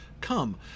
come